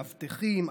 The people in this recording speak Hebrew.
מאבטחים,